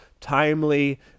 timely